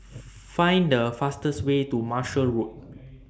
Find The fastest Way to Marshall Road